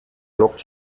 lockt